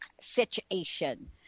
situation